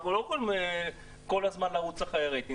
אנחנו לא יכולים כל הזמן לרוץ אחר הרייטינג.